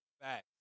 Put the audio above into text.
facts